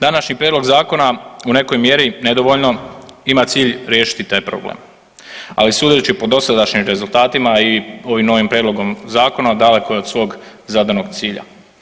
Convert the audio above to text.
Današnji Prijedlog zakona u nekoj mjeri, nedovoljno, ima cilj riješiti taj problem, ali sudeći po dosadašnjim rezultatima i ovim novim Prijedlogom zakona daleko je od svog zadanog cilja.